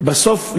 בסוף,